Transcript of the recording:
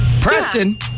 Preston